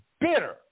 bitter